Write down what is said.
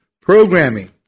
programming